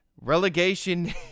relegation